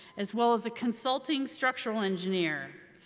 as well as a consulting structural engineer.